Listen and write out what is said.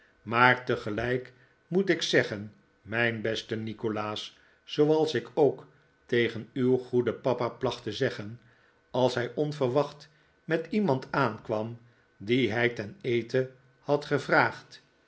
maar tegelijk moet ik zeggen mijn beste nikolaas zooals ik ook tegen uw goeden papa placht te zeggen als hij onverwachts met iemand aankwam dien hij ten eten had gevraagd